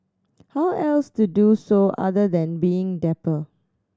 how else to do so other than being dapper